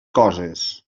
coses